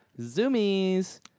Zoomies